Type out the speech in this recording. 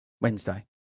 Wednesday